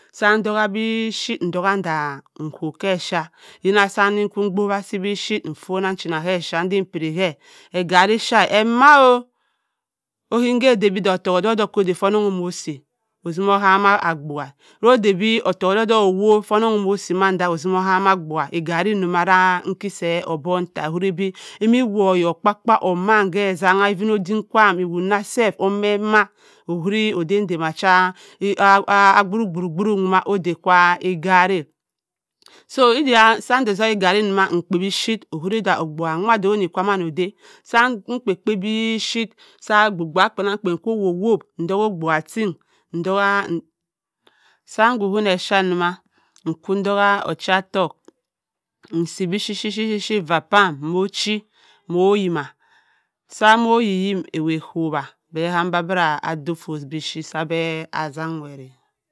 Se ntagha bi chip ntogha nda ichop ke echa eden-ndo ukwu mkpo-asi-bi chip, echena sa-echa edim pere ke, igare echa emaph! Oken-ka odebi otok-odok-odok ka ode fu onong mmo-osi otima okame abuagha ode-bi ottok odok odok owop pah onong imo-osi otima okama abuagha igare nja-wira ke beh obok-nta okwiri bi owoku, okpa-okpa oman ke etengha ma even ovum-kwam ewi-ndo emo sef okwiri oda-dewa-cha sunday ntok igare njuma ikpi bi chip okwiri obuagha nwa kwa no-ode sa mkpa ekpo bi chip sa obuagha kpen-akpen kwu se owop ntogha, se mukwuna echa doma, ntogha ocha-ttok nsi bi chip-chip effa pam, mmo chi mmoyimah sam immo yiyi ewu kuwa beh kam beh abbra ade-iffu-si chip abeh atta awere.